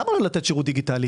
למה לא לתת שירות דיגיטלי?